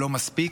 לא מספיק.